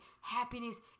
happiness